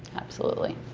absolutely.